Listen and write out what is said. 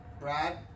Brad